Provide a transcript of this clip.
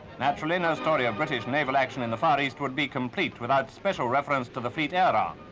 naturally, no story of british naval action in the far east would be complete without special reference to the fleet air arm.